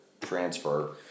transfer